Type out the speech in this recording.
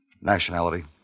Nationality